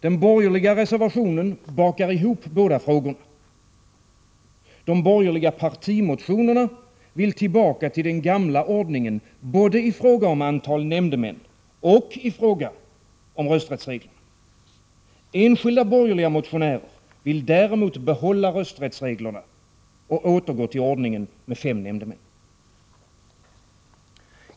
Den borgerliga reservationen bakar ihop båda frågorna. De borgerliga partimotionerna vill tillbaka till den gamla ordningen, både i fråga om antalet nämndemän och i fråga om rösträttsreglerna. Enskilda borgerliga motionärer vill däremot behålla rösträttsreglerna och återgå till ordningen med fem nämndemän.